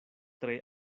tre